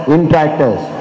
Interactors